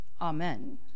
Amen